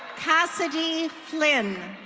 cassidy flynn.